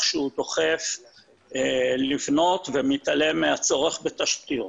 שהוא דוחף לבנות ומתעלם מהצורך בתשתיות.